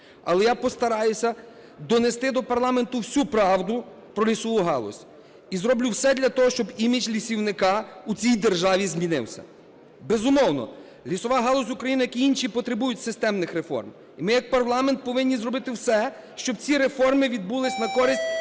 Але я постараюсь донести до парламенту всю правду про лісову галузь, і зроблю все для того, щоб імідж лісівника у цій державі змінився. Безумовно, лісова галузь України, які і інші, потребує системних реформ. І ми як парламент повинні зробити все, щоб ці реформи відбулися на користь